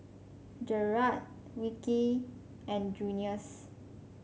Jerrad Wilkie and Junious